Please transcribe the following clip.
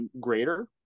greater